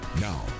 Now